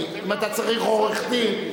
אם אתה צריך עורך-דין,